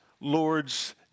Lord's